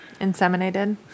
Inseminated